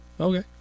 Okay